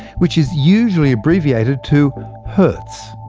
which is usually abbreviated to hertz.